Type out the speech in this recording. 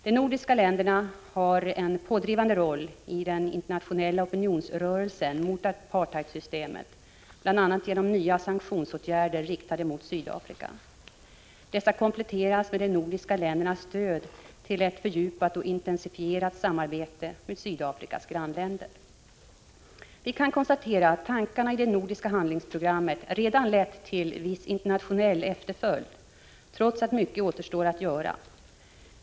De nordiska länderna har en pådrivande roll i den internationella opinionsrörelsen mot apartheidsystemet, bl.a. genom nya sanktionsåtgärder riktade mot Sydafrika. Dessa kompletteras med de nordiska ländernas stöd till ett fördjupat och intensifierat samarbete med Sydafrikas grannländer. Vi kan konstatera att tankarna i det nordiska handlingsprogrammet redan lett till viss internationell efterföljd, trots att mycket återstår att göra.